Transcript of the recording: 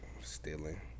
stealing